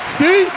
see